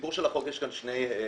בסיפור של החוק יש כאן שני היבטים.